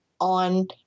on